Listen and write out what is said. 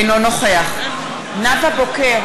אינו נוכח נאוה בוקר,